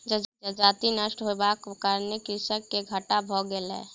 जजति नष्ट होयबाक कारणेँ कृषक के घाटा भ गेलै